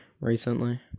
recently